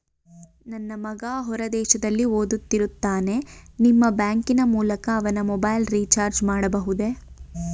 ನನ್ನ ಮಗ ಹೊರ ದೇಶದಲ್ಲಿ ಓದುತ್ತಿರುತ್ತಾನೆ ನಿಮ್ಮ ಬ್ಯಾಂಕಿನ ಮೂಲಕ ಅವನ ಮೊಬೈಲ್ ರಿಚಾರ್ಜ್ ಮಾಡಬಹುದೇ?